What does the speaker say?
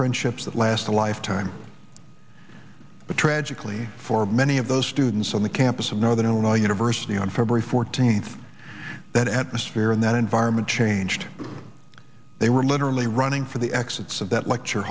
friendships that last a lifetime but tragically for many of those students on the campus of northern illinois university on february fourteenth that atmosphere in that environment changed they were literally running for the exits of that lecture